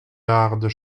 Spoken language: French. hardes